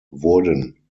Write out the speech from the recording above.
wurden